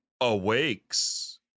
Awakes